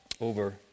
over